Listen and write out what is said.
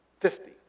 fifty